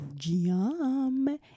Yum